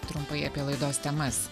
trumpai apie laidos temas